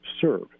serve